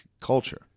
culture